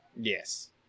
Yes